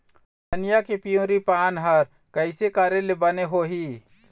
धनिया के पिवरी पान हर कइसे करेले बने होही?